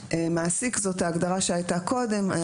"מעסיק" זו ההגדרה שהייתה קודם.